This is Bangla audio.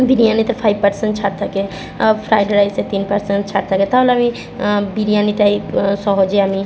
বিরিয়ানিতে ফাইভ পার্সেন্ট ছাড় থাকে ফ্রায়েড রাইসে তিন পার্সেন্ট ছাড় থাকে তাহলে আমি বিরিয়ানিটাই সহজে আমি